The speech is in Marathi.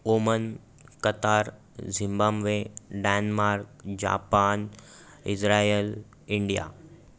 ओमन Qatar Zimbabwe Denmark Japan Israel India